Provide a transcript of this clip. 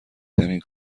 ترین